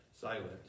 silent